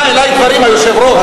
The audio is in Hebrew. אדוני היושב-ראש,